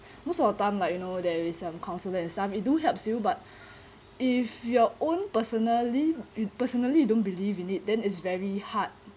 most of the time like you know there is a counsellor and stuff it do helps you but if your own personally personally you don't believe in it then it's very hard